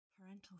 Parental